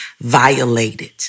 violated